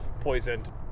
poisoned